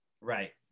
Right